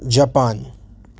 Japan